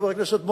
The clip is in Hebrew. חבר הכנסת מוזס,